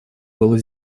было